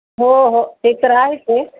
हो हो ते तर आहेचं आहे